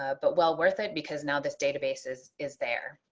ah but well worth it because now this databases is there